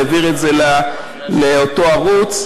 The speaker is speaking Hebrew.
והעביר את זה לאותו ערוץ.